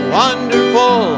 wonderful